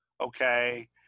okay